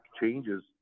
changes